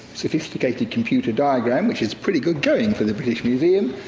sophisticated computer diagram, which is pretty good going for the british museum,